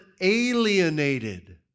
alienated